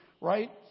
right